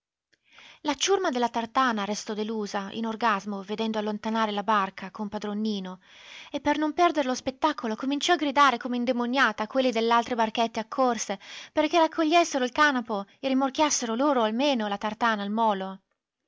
la ciurma della tartana restò delusa in orgasmo vedendo allontanare la barca con padron nino e per non perdere lo spettacolo cominciò a gridare come indemoniata a quelli dell'altre barchette accorse perché raccogliessero il canapo e rimorchiassero loro almeno la tartana al molo